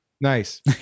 Nice